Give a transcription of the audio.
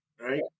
Right